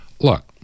Look